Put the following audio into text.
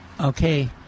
okay